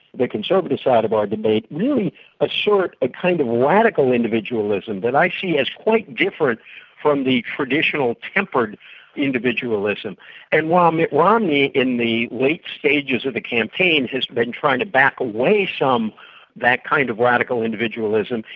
the conservative side of our debate, really a short, a kind of radical individualism that i see as quite different from the traditional tempered individualism. and while mitt romney in the late stages of the campaign has been trying to back away from that kind of radical individualism,